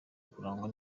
kurangwa